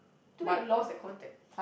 too bad you lost the contact